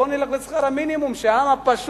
בואו נלך לשכר המינימום של העם הפשוט,